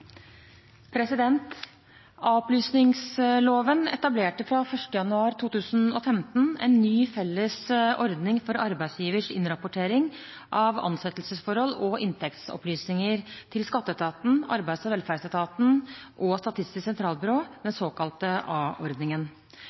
etablerte fra 1. januar 2015 en ny felles ordning for arbeidsgivers innrapportering av ansettelsesforhold og inntektsopplysninger til skatteetaten, Arbeids- og velferdsetaten og Statistisk sentralbyrå, den såkalte